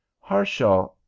Harshaw